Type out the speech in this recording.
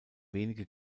wenige